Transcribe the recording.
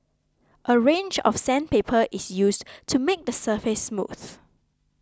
a range of sandpaper is used to make the surface smooth